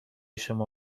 شما